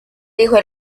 dijo